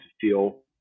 feel